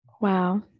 Wow